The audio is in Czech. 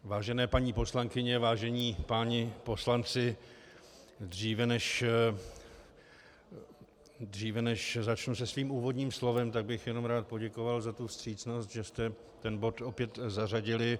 Vážené paní poslankyně, vážení páni poslanci, dříve než začnu se svým úvodním slovem, tak bych jenom rád poděkoval za vstřícnost, že jste ten bod opět zařadili.